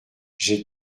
j’ai